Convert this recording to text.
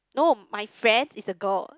no my friend is a girl